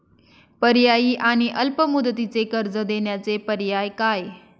पर्यायी आणि अल्प मुदतीचे कर्ज देण्याचे पर्याय काय?